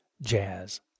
jazz